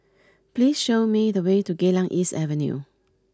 please show me the way to Geylang East Avenue